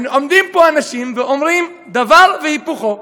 עומדים פה אנשים ואומרים דבר והיפוכו.